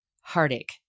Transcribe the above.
heartache